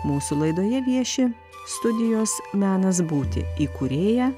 mūsų laidoje vieši studijos menas būti įkūrėja